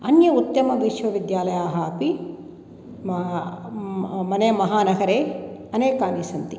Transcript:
अन्ये उत्तमविश्वविद्यालयाः अपि मा मने महानगरे अनेके सन्ति